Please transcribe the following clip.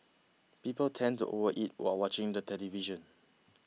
people tend to overeat while watching the television